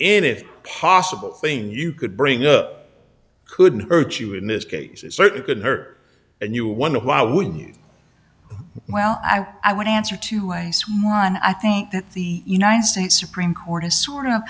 in if possible thing you could bring up couldn't hurt you in this case it certainly could hurt and you wonder why wouldn't you well i would answer to waste more on i think that the united states supreme court has sort of